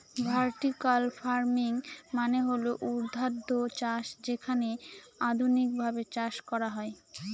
vertical farming মানে হল ঊর্ধ্বাধ চাষ যেখানে আধুনিকভাবে চাষ করা হয়